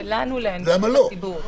למדינה - למה לא?